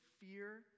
fear